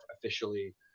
officially